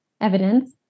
evidence